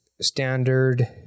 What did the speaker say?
standard